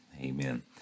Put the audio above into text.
amen